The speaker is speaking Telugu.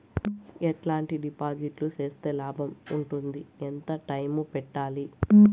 ఎట్లాంటి డిపాజిట్లు సేస్తే లాభం ఉంటుంది? ఎంత టైము పెట్టాలి?